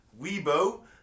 Weibo